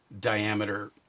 Diameter